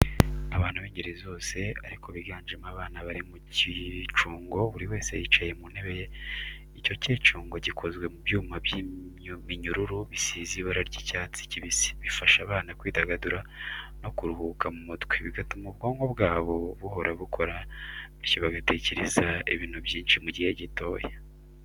Abantu b'ingeri zose ariko biganjemo abana bari mu cyicungo buri wese yicaye mu ntebe ye. Icyo cyicungo gikozwe mu byuma n'iminyururu bisize ibara ry'icyatsi kibisi. Bifasha abana kwidagadura no kuruhuka mu mutwe, bigatuma ubwonko bwabo buhora bukora bityo bagatekereza ibintu byinshi mu gihe gito.